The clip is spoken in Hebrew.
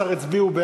הספקת,